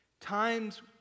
Times